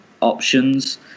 options